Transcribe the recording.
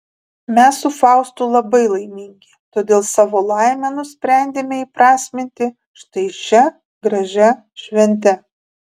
mes su faustu labai laimingi todėl savo laimę nusprendėme įprasminti štai šia gražia švente